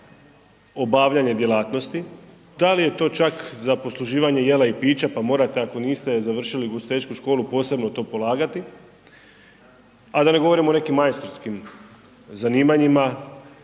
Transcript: obavljanje djelatnosti, da li je to čak za posluživanje jela i pića pa morate, ako niste završili ugostiteljsku školu posebno to polagati, a da ne govorim o nekim majstorskim zanimanjima